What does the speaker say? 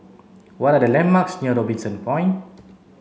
what are the landmarks near Robinson Point